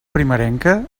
primerenca